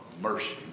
mercy